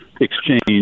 exchange